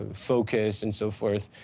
focus, and so forth.